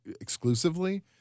exclusively